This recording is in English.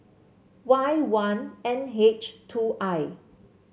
Y one N H two I